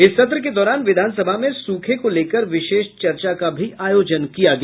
इस सत्र के दौरान विधानसभा में सूखे को लेकर विशेष चर्चा का भी आयोजन किया गया